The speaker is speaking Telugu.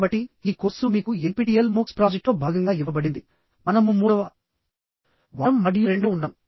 కాబట్టి ఈ కోర్సు మీకు ఎన్పిటిఎల్ మూక్స్NPTEL MOOC's ప్రాజెక్ట్లో భాగంగా ఇవ్వబడిందిమనము మూడవ వారం మాడ్యూల్ రెండు లో ఉన్నాము